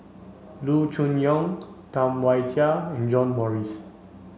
Loo Choon Yong Tam Wai Jia and John Morrice